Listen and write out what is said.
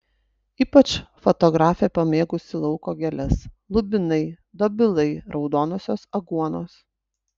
ypač fotografė pamėgusi lauko gėles lubinai dobilai raudonosios aguonos